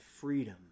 freedom